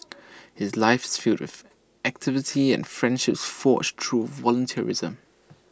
his life is filled with activity and friendships forged through volunteerism